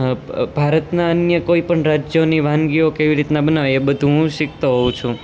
ભારતના અન્ય કોઈ રાજ્યોની વાનગીઓ કેવી રીતના બનાવાય એ બધું હું શિખતો હોવ છું